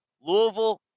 Louisville